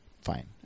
fine